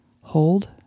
hold